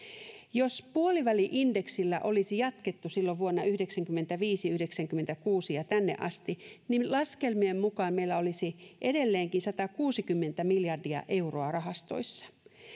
jos puoliväli indeksillä olisi jatkettu silloin vuonna yhdeksänkymmentäviisi yhdeksänkymmentäkuusi ja tänne asti niin laskelmien mukaan meillä olisi edelleenkin satakuusikymmentä miljardia euroa rahastoissa